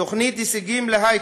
תוכנית הישגים להייטק,